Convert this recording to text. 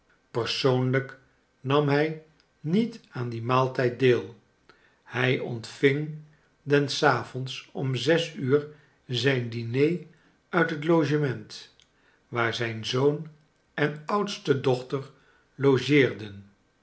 persoonlijk nam hij niet aan dien maaltijd deel hij ontving den avonds om zes uur zijn diner uit het logement waar zijn zoon en oudste dochter logeerden